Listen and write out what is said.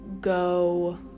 go